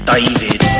David